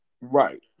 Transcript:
Right